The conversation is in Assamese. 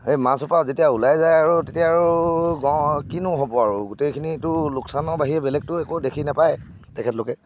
সেই মাছসোপা যেতিয়া ওলাই যায় আৰু তেতিয়া আৰু কিনো হ'ব আৰু গোটেইখিনিতো লোকচানৰ বাহিৰে বেলেগতো একো দেখি নাপায় তেখেতলোকে